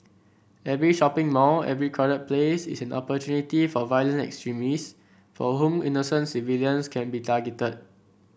every shopping mall every crowded place is an opportunity for violent extremists for whom innocent civilians can be targeted